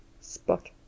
spot